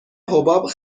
حباب